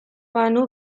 banu